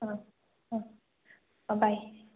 অঁ অঁ অঁ বাই